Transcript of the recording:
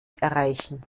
erreichen